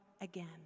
again